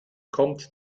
kommt